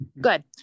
Good